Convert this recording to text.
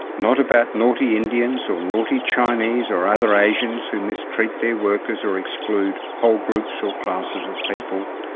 not about naughty indians or naughty chinese or other asians who mistreat their workers or exclude whole groups or classes of people.